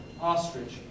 Ostrich